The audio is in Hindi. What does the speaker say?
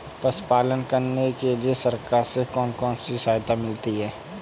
पशु पालन करने के लिए सरकार से कौन कौन सी सहायता मिलती है